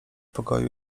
pokoju